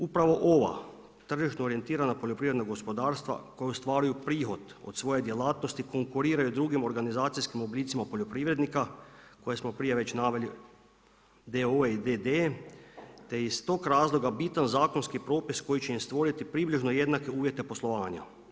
Upravo ova tržišno orijentirana poljoprivredna gospodarstva koja ostvaruju prihod od svoje djelatnosti konkuriraju drugim organizacijskim oblicima poljoprivrednika koje smo već prije naveli d.o.o. i d.d. te iz tog razloga bitan zakonski propis koji će im stvoriti približno jednake uvjete poslovanja.